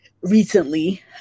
recently